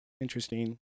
interesting